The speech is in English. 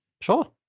Sure